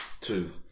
Two